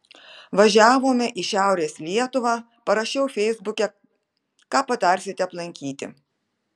važiavome į šiaurės lietuvą parašiau feisbuke ką patarsite aplankyti